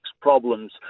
problems